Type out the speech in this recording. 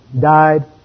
died